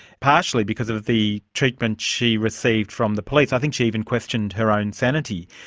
partially because of the treatment she received from the police. i think she even questioned her own sanity.